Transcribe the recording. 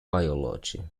biology